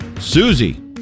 Susie